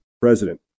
president